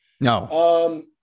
No